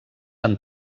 han